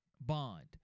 bond